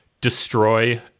destroy